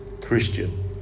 Christian